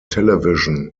television